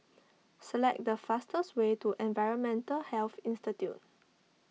select the fastest way to Environmental Health Institute